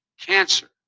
cancer